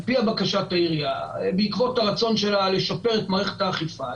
על פי בקשת העירייה בעקבות הרצון שלה לשפר את מערכת האכיפה,